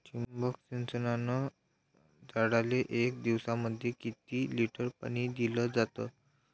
ठिबक सिंचनानं झाडाले एक दिवसामंदी किती लिटर पाणी दिलं जातं?